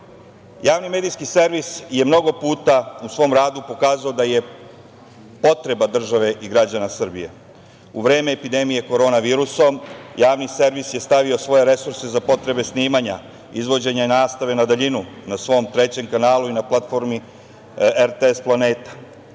javni medijski servis je mnogo puta u svom radu pokazao da je potreba države i građana Srbije. U vreme epidemije korona virusom, javni servis je stavio svoje resurse za potrebe snimanja izvođenja i nastave na daljinu na svom trećem kanalu i na platformi RTS Planeta.